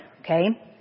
okay